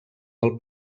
del